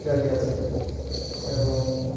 গাড়ি আছে এবং